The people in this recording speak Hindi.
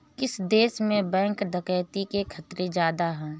किस देश में बैंक डकैती के खतरे ज्यादा हैं?